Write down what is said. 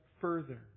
further